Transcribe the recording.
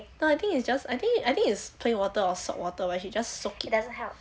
no I think it's just I think I think is plain water or salt water when she just soak it